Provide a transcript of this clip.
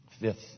Fifth